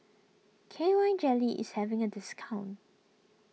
K Y Jelly is having a discount